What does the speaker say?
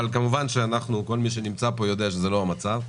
אבל כמובן שכל מי שנמצא פה יודע שזה לא המצב.